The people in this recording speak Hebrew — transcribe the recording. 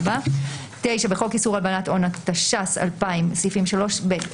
בחוק איסור הלבנת הון, התש"ס-2000 - סעיפים 3(ב),